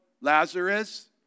Lazarus